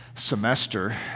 Semester